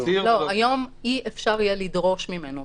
לא, היום אי-אפשר יהיה לדרוש ממנו.